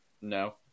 No